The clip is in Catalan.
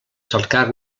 cercar